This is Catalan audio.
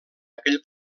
aquell